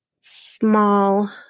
small